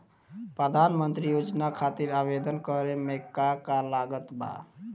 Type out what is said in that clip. प्रधानमंत्री योजना खातिर आवेदन करे मे का का लागत बा?